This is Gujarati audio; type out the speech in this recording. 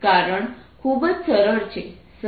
કારણ ખૂબ જ સરળ છે